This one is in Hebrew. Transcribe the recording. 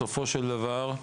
בסופו של דבר,